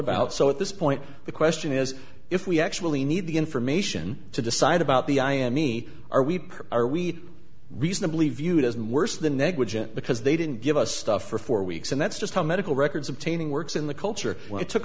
about so at this point the question is if we actually need the information to decide about the i m e r we are we reasonably viewed as and worse than negligent because they didn't give us stuff for four weeks and that's just how medical records obtaining works in the culture it took